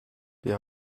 wir